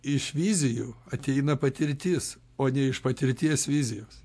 iš vizijų ateina patirtis o iš patirties vizijos